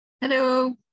Hello